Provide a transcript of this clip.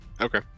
okay